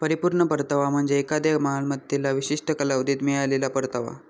परिपूर्ण परतावा म्हणजे एखाद्या मालमत्तेला विशिष्ट कालावधीत मिळालेला परतावा